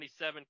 27